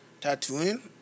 Tattooing